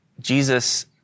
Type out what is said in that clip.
Jesus